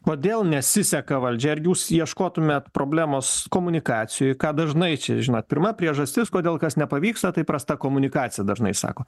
kodėl nesiseka valdžia ar jūs ieškotumėt problemos komunikacijoj ką dažnai čia žinot pirma priežastis kodėl kas nepavyksta tai prasta komunikacija dažnai sako